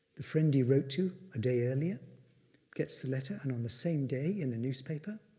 the friend he wrote to a day earlier gets the letter, and on the same day in the newspaper,